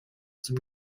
zum